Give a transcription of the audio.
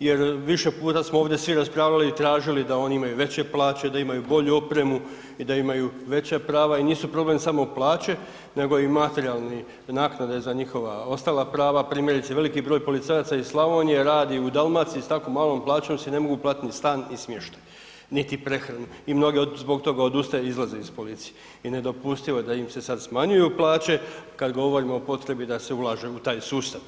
jer više puta smo ovdje svi raspravljali i tražili da oni imaju veće plaće, da imaju bolju opremu i da imaju veća prava i nisu problem samo plaće nego i materijalne naknade za njihova ostala prava, primjerice veliki broj policajaca iz Slavonije radi u Dalmaciji i s tako malom plaćom si ne mogu platiti ni stan ni smještaj niti prehranu i mnogi zbog toga odustaju i izlaze iz policije i nedopustivo je da im se sad smanjuju plaće kad govorimo o potrebi da se ulaže u taj sustav.